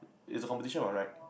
is a competition alright